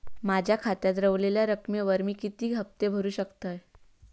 माझ्या खात्यात रव्हलेल्या रकमेवर मी किती हफ्ते भरू शकतय?